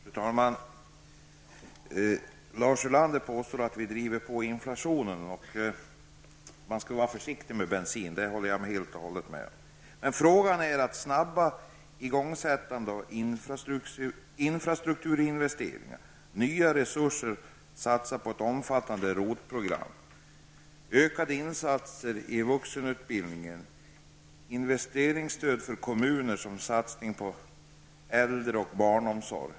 Fru talman! Lars Ulander påstår att vi är pådrivande vad gäller inflationen. Han säger också att vi skall vara försiktiga när det gäller bensin. Ja, det håller jag helt och fullt med om. Men det handlar om att snabbt komma i gång med infrastrukturinvesteringar, om nya resurser för satsningar på ett omfattande ROT-program, om större insatser beträffande vuxenutbildningen samt om investeringsstöd till kommuner för satsningar på äldre resp. barnomsorgen.